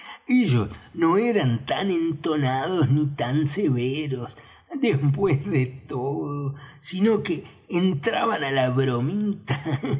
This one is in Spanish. ellos no eran tan entonados ni tan severos después de todo sino que entraban á la bromita